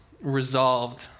Resolved